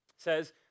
says